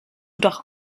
doch